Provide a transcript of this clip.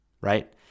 right